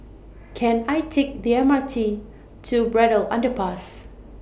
Can I Take The M R T to Braddell Underpass